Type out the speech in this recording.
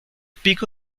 pico